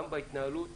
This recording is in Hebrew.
גם בהתנהלות